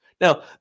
Now